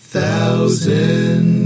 Thousand